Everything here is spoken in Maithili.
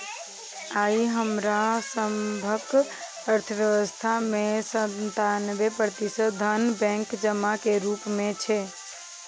आइ हमरा सभक अर्थव्यवस्था मे सत्तानबे प्रतिशत धन बैंक जमा के रूप मे छै